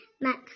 Max